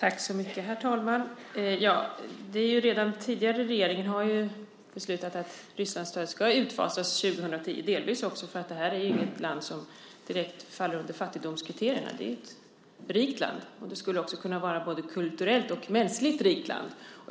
Herr talman! Redan den tidigare regeringen beslutade att Rysslandsstödet ska utfasas 2010, delvis för att det inte är ett land som direkt faller under fattigdomskriterierna. Det är ett rikt land och skulle även kunna vara ett kulturellt och mänskligt rikt land.